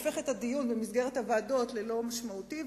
הופכים את הדיון במסגרת הוועדות ללא משמעותי,